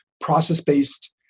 process-based